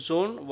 Zone